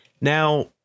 Now